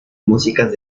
músicas